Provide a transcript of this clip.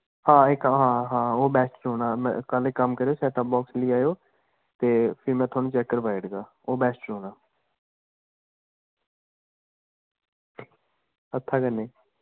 हां हां हां ओह् बैस्ट रौंह्ना कल इक कम्म करेओ सैटअपबाक्स लेई आओ ते फ्ही में थोआनूं चैक्क करवाई ओड़गा ओह् बैस्ट रौंह्ना हत्था कन्नै